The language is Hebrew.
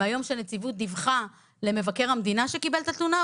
מהיום שהנציבות דיווחה למבקר המדינה שקיבל את התלונה,